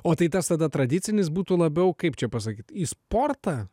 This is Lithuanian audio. o tai tas tada tradicinis būtų labiau kaip čia pasakyt į sportą